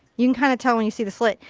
you can kind of tell when you see the slit.